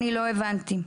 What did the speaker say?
לא הבנתי.